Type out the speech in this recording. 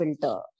filter